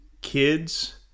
kids